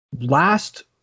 last